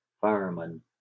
fireman